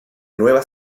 nueva